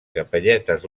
capelletes